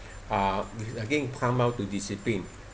uh again come down to discipline